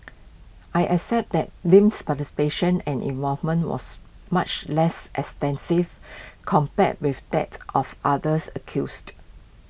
I accept that Lim's participation and involvement was much less extensive compared with that of others accused